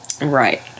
right